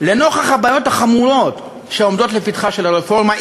לנוכח הבעיות החמורות שעומדות לפתחה של הרפורמה,